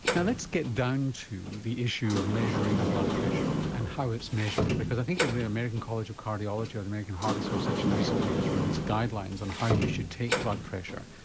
now let's get down to the issue of measuring blood pressure and how it's measured because i think the american college of cardiology or the american heart association recently just released guidelines on how you should take blood pressure.